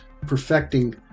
perfecting